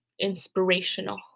inspirational